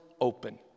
open